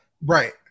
Right